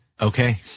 Okay